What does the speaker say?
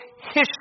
history